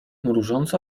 mrużąc